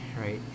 right